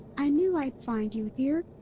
i knew i'd find you here!